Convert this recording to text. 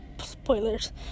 Spoilers